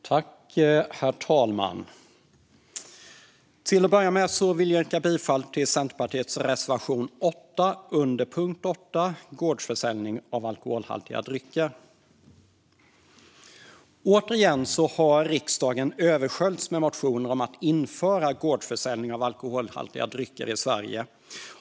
Herr talman! Jag yrkar bifall till Centerpartiets reservation 8 under punkt 8 om gårdsförsäljning av alkoholhaltiga drycker. Återigen har riksdagens socialutskott översköljts med motioner om att införa gårdsförsäljning av alkoholhaltiga drycker i Sverige.